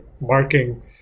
marking